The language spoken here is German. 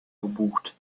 gebucht